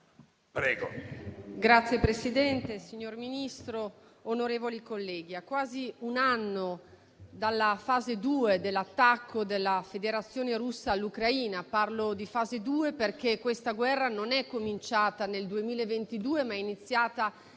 Signor Presidente, signor Ministro, onorevoli colleghi, siamo a quasi un anno dalla fase 2 dell'attacco della Federazione russa all'Ucraina. Parlo di fase 2 perché questa guerra non è cominciata nel 2022, ma è iniziata nel 2014